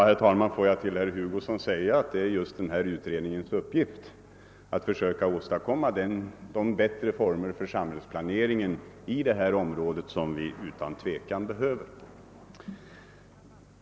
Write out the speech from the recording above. Herr talman! Får jag först säga till herr Hugosson att utredningens uppgift just är att försöka åstadkomma de bättre former för samhällsplaneringen i detta område som utan tvivel behövs.